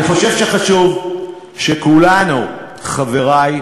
אני חושב שחשוב שכולנו, חברי,